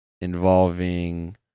involving